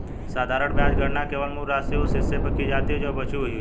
साधारण ब्याज गणना केवल मूल राशि, उस हिस्से पर की जाती है जो बची हुई है